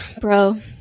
Bro